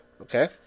Okay